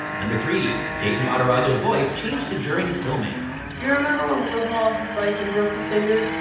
number three gaten matarazzo's voice changed during filming. do you remember when will fell off his bike and broke his finger?